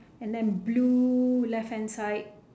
and then blue left hand side